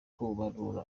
kubarura